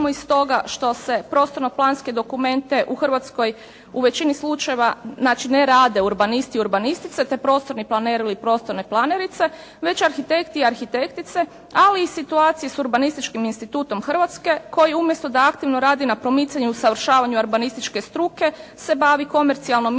Hrvatskoj u većini slučajeva znači ne rade urbanisti i urbanistice te prostorni planeri ili prostorne planerice već arhitekti i arhitektice ali i situacije s Urbanističkim institutom Hrvatske koji umjesto da aktivno radi na promicanju i usavršavanju urbanističke struke se bavi komercijalnom izradom